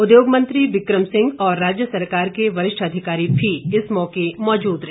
उद्योग मंत्री बिक्रम सिंह और राज्य सरकार के वरिष्ठ अधिकारी भी इस मौके मौजूद रहे